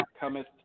Cometh